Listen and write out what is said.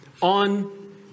on